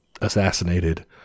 assassinated